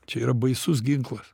čia yra baisus ginklas